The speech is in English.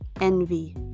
Envy